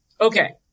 Okay